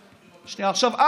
עכשיו,